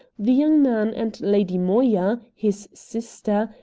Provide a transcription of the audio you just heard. the young man and lady moya, his sister,